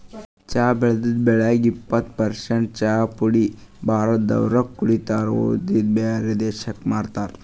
ಚಾ ಬೆಳದಿದ್ದ್ ಬೆಳ್ಯಾಗ್ ಎಪ್ಪತ್ತ್ ಪರಸೆಂಟ್ ಚಾಪುಡಿ ಭಾರತ್ ದವ್ರೆ ಕುಡಿತಾರ್ ಉಳದಿದ್ದ್ ಬ್ಯಾರೆ ದೇಶಕ್ಕ್ ಮಾರ್ತಾರ್